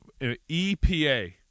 EPA